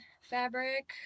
fabric